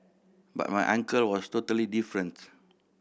but my uncle was totally different